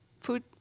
food